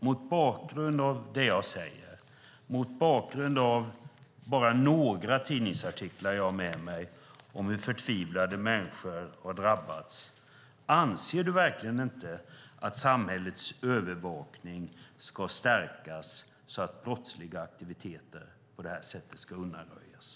Mot bakgrund av det jag säger och mot bakgrund av några tidningsartiklar om hur förtvivlade människor har drabbats som jag har med mig undrar jag verkligen om du inte anser att samhällets övervakning ska stärkas så att brottsliga aktiviteter ska undanröjas, Peter Norman.